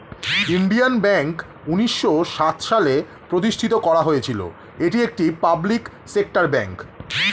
Indian Bank উন্নিশো সাত সালে প্রতিষ্ঠিত করা হয়েছিল, এটি একটি পাবলিক সেক্টর ব্যাঙ্ক